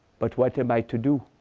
but what am i to do?